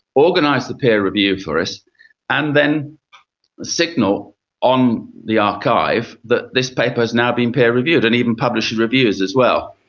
organise the peer review for us and then signal on the archive that this paper has now been peer reviewed and even publish the and reviews as well.